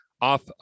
off